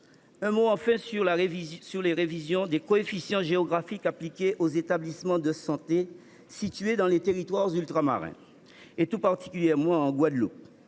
Un mot enfin sur la révision des coefficients géographiques appliqués aux établissements de santé situés dans les territoires ultramarins, et tout particulièrement en Guadeloupe